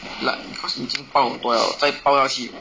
like cause 你已经包很多了再包下去